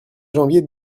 janvier